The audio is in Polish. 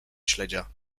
śledzia